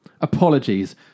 Apologies